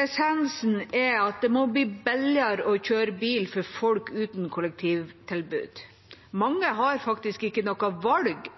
Essensen er at det må bli billigere i kjøre bil for folk uten kollektivtilbud. Mange har faktisk ikke noe annet valg